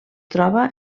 troba